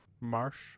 marsh